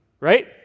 Right